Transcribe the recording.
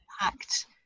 impact